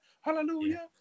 hallelujah